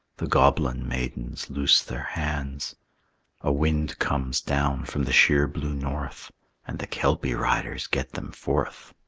the goblin maidens loose their hands a wind comes down from the sheer blue north and the kelpie riders get them forth.